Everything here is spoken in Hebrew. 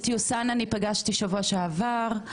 את יוסן אני פגשתי שבוע שעבר,